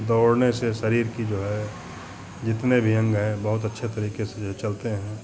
दौड़ने से शरीर की जो है जितने भी अंग हैं बहुत अच्छे तरीके से जो है चलते हैं